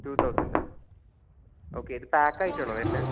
two തൗസൻഡോ okay ഇത് pack ആയിട്ടാണോ വരുന്നത്